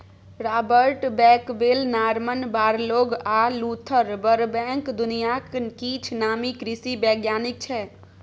Robert Bakewell, Norman Borlaug आ Luther Burbank दुनियाक किछ नामी कृषि बैज्ञानिक छै